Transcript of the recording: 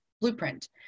blueprint